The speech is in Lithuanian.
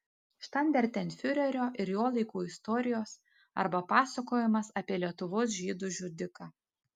štandartenfiurerio ir jo laikų istorijos arba pasakojimas apie lietuvos žydų žudiką